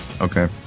Okay